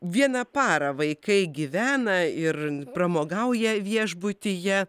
vieną parą vaikai gyvena ir pramogauja viešbutyje